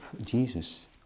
Jesus